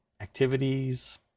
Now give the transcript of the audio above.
activities